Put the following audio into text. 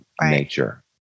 nature